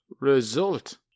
Result